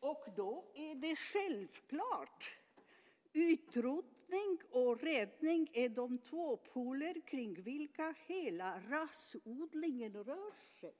och då är det självklart att utrotning och räddning är de två poler kring vilka hela rasodlingen rör sig.